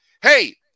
Hey